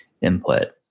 input